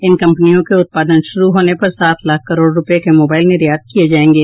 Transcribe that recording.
इन कंपनियों के उत्पादन शुरू होने पर सात लाख करोड़ रूपये के मोबाइल निर्यात किय जायेंगे